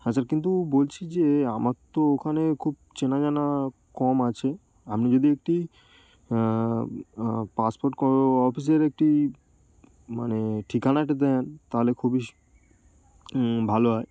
হ্যাঁ স্যার কিন্তু বলছি যে আমার তো ওখানে খুব চেনা জানা কম আছে আপনি যদি একটি পাসপোর্ট অফিসের একটি মানে ঠিকানাটা দেন তাহলে খুবই ভালো হয়